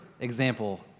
example